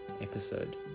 episode